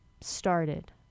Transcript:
started